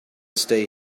stay